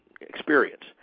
experience